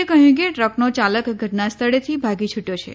એ કહ્યું કે ટ્રકનો ચાલાક ઘટનાસ્થળેથી ભાગી છુટ્યો છે